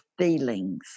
feelings